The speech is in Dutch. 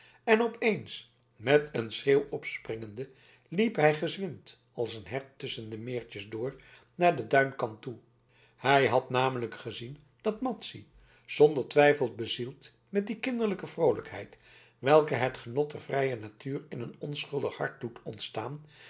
en op eens met een schreeuw opspringende liep hij gezwind als een hert tusschen de meertjes door naar den duinkant toe hij had namelijk gezien dat madzy zonder twijfel bezield met die kinderlijke vroolijkheid welke het genot der vrije natuur in een onschuldig hart doet ontstaan